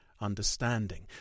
understanding